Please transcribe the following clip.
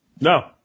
No